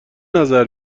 نظر